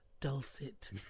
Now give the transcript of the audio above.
dulcet